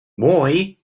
why